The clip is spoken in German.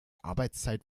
arbeitszeit